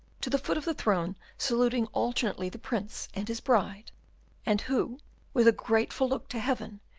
to the foot of the throne saluting alternately the prince and his bride and who with a grateful look to heaven,